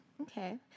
Okay